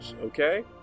Okay